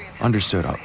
Understood